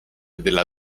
della